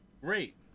Great